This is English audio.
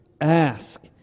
ask